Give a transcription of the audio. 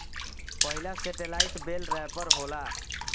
पहिला सेटेलाईट बेल रैपर होला